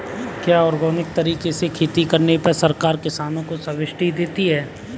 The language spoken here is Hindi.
क्या ऑर्गेनिक तरीके से खेती करने पर सरकार किसानों को सब्सिडी देती है?